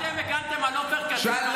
תגיד, אתם הגנתם על עופר כסיף.